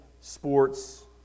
sports